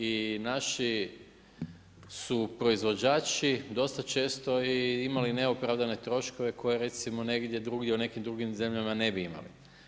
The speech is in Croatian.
I naši su proizvođači dosta često imali i neopravdane troškove koje recimo negdje drugdje, u nekim drugim zemljama ne bi imali.